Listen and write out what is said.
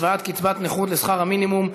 השוואת קצבת נכות לשכר המינימום),